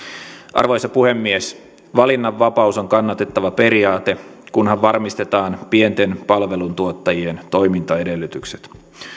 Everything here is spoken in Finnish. arvoisa puhemies valinnanvapaus on kannatettava periaate kunhan varmistetaan pienten palveluntuottajien toimintaedellytykset